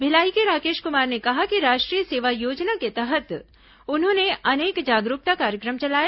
भिलाई के राकेश कुमार ने कहा कि राष्ट्रीय सेवा योजना के तहत उन्होंने अनेक जागरूकता कार्यक्रम चलाए